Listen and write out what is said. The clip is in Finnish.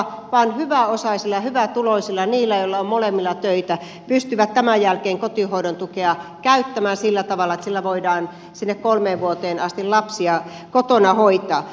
vain hyväosaiset ja hyvätuloiset ne joilla on molemmilla töitä pystyvät tämän jälkeen kotihoidon tukea käyttämään sillä tavalla että sillä voidaan sinne kolmeen vuoteen asti lapsia kotona hoitaa